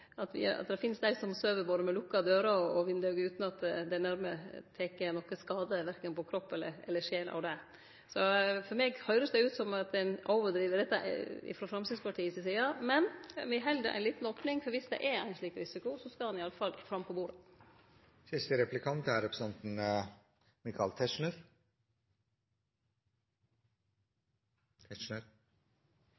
nesten uansett vêr og vind, finst det dei som søv med både lukka dører og vindauge utan at dei dermed tek nokon skade på verken kropp eller sjel av det. For meg høyrest det ut som om ein overdriv dette frå Framstegspartiet si side, men me held ei lita opning her, for viss det er ein slik risiko, skal han i alle fall på